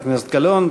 הכנסת גלאון.